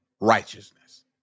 righteousness